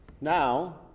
Now